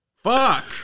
Fuck